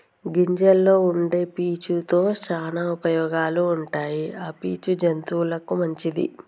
గింజల్లో వుండే పీచు తో శానా ఉపయోగాలు ఉంటాయి ఆ పీచు జంతువులకు మంచిది